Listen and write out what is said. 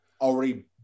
already